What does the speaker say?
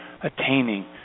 attaining